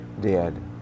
dead